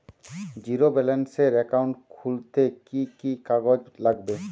Zero ব্যালেন্সের account খুলতে কি কি কাগজ লাগবে?